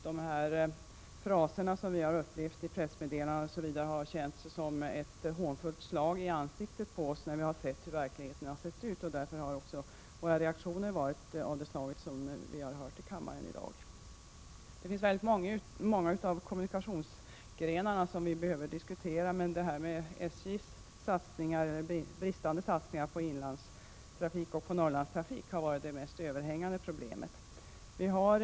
Vi har upplevt de fraser som funnits i pressmeddelanden och annat som ett hån och ett slag i ansiktet, när vi sett hur verkligheten har varit, och därför har våra reaktioner blivit av det slag som vi har hört i kammaren i dag. Många kommunikationsgrenar behöver diskuteras, men SJ:s satsningar eller bristande satsningar på inlandstrafik och Norrlandstrafik har varit det för oss mest överhängande problemet.